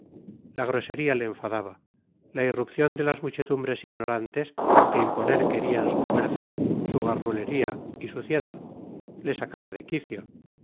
la grosería le enfadaba la irrupción de las muchedumbres ignorantes que imponer querían su fuerza su garrulería y suciedad le sacaba de quicio